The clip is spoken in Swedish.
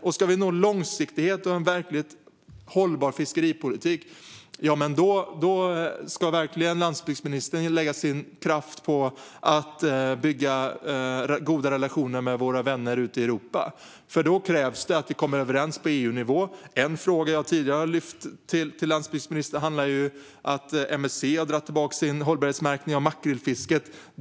Om vi ska ha långsiktighet och en verkligt hållbar fiskeripolitik ska landsbygdsministern verkligen lägga sin kraft på att bygga goda relationer med våra vänner ute i Europa, för då krävs det att vi kommer överens på EU-nivå. En fråga som jag tidigare har tagit upp med landsbygdsministern handlar ju om att MSC har dragit tillbaka sin hållbarhetsmärkning av makrillfisket.